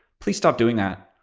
please stop doing that.